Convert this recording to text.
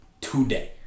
Today